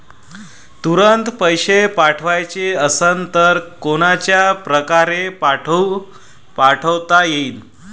तुरंत पैसे पाठवाचे असन तर कोनच्या परकारे पाठोता येईन?